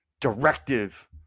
directive